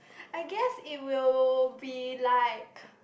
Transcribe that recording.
I guess it will be like